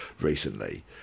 recently